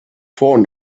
phone